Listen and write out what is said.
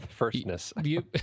firstness